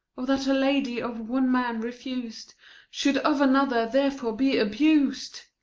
o, that a lady of one man refus'd should of another therefore be abus'd!